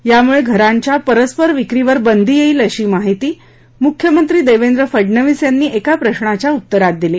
यामुळे घरांच्या परस्पर विक्रीवर बंदी येईल अशी माहिती मुख्यमंत्री देवेंद्र फडनवीस यांनी एका प्रश्नाच्या उत्तरात दिली